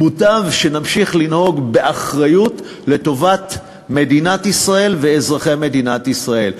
מוטב שנמשיך לנהוג באחריות לטובת מדינת ישראל ואזרחי מדינת ישראל.